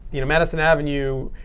madison avenue,